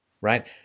Right